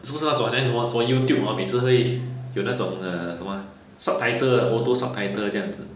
是不是那种好像什么什么 YouTube hor 每次会有那种 uh 什么 ha subtitle auto-subtitling 这样子